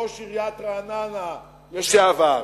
ראש עיריית רעננה לשעבר,